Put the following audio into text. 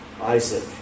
Isaac